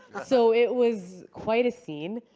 so it was quite a scene.